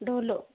Dolo